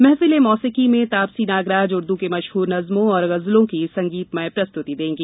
महफिल ए मौसिकी में तापसी नागराज उर्दू की मशहूर नज्मों और गज़लों की संगीतमय प्रस्तुति देंगी